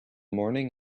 morning